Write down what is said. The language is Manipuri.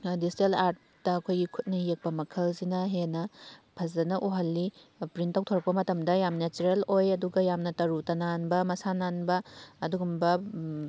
ꯗꯤꯖꯤꯇꯦꯜ ꯑꯥꯔꯠꯇ ꯑꯩꯈꯣꯏꯒꯤ ꯈꯨꯠꯅ ꯌꯦꯛꯄ ꯃꯈꯜꯁꯤꯅ ꯍꯦꯟꯅ ꯐꯖꯅ ꯎꯍꯜꯂꯤ ꯄ꯭ꯔꯤꯟꯠ ꯇꯧꯊꯣꯔꯛꯄ ꯃꯇꯝꯗ ꯌꯥꯝꯅ ꯅꯦꯆꯔꯦꯜ ꯑꯣꯏ ꯑꯗꯨꯒ ꯌꯥꯝꯅ ꯇꯔꯨ ꯇꯅꯥꯟꯕ ꯃꯁꯥ ꯅꯥꯟꯕ ꯑꯗꯨꯒꯨꯝꯕ